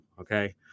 Okay